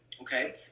okay